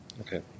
Okay